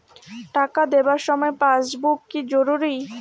টাকা জমা দেবার সময় পাসবুক কি জরুরি?